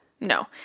no